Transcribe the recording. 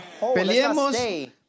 Peleemos